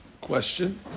question